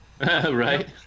Right